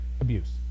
Abuse